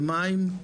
מים,